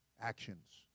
actions